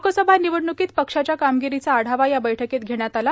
लोकसभा निवडण्कीत पक्षाच्या कामगिरीचा आढावा या बैठकीत धेण्यात आला